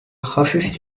hafif